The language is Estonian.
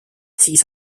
siis